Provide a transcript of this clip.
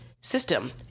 system